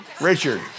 Richard